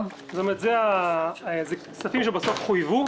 אלה כספים שחויבו.